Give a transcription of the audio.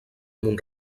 mont